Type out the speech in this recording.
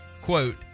quote